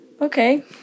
Okay